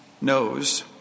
knows